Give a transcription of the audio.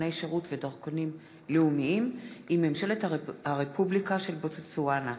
דרכוני שירות ודרכונים לאומיים עם ממשלת הרפובליקה של בוטסואנה,